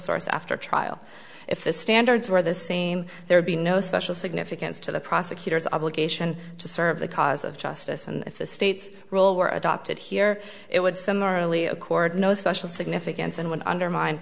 source after a trial if the standards were the same there'd be no special significance to the prosecutor's obligation to serve the cause of justice and if the state's role were adopted here it would similarly accord no special significance and would undermine